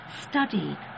study